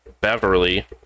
beverly